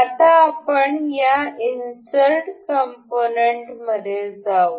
आता आपण या इन्सर्ट कंपोनेंट मध्ये जाऊ